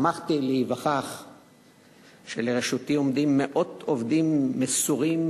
שמחתי להיווכח שלרשותי עומדים מאות עובדים מסורים,